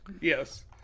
Yes